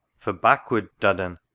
for, backward, duddon!